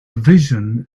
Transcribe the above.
vision